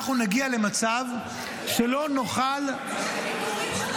אנחנו נגיע למצב שלא נוכל --- לפיטורים,